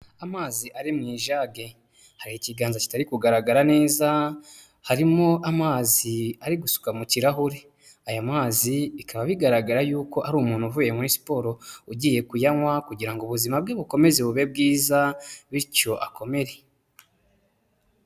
Amazi ari mu ijage, hari ikiganza kitari kugaragara neza, harimo amazi arigusuka mu kirahuri. Aya mazi bikaba bigaragara yuko ari umuntu uvuye muri siporo ugiye kuyanywa kugira ngo ubuzima bwe bukomeze bube bwiza bityo akomere.